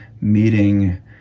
meeting